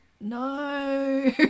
No